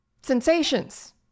sensations